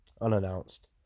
unannounced